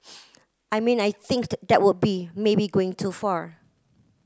I mean I thinked that would be maybe going too far